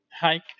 hike